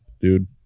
dude